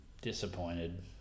disappointed